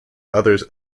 others